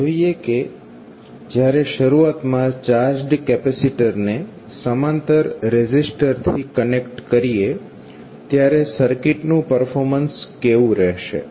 ચાલો જોઈએ કે જ્યારે શરૂઆતમાં ચાર્જડ કેપેસીટર ને સમાંતર રેઝિસ્ટરથી કનેક્ટ કરીએ ત્યારે સર્કિટનું પરફોર્મન્સ કેવું રહેશે